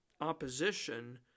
opposition